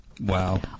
Wow